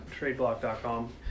tradeblock.com